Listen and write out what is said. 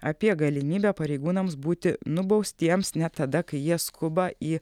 apie galimybę pareigūnams būti nubaustiems net tada kai jie skuba į